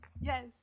Yes